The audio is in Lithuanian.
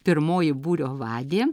pirmoji būrio vadė